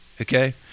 okay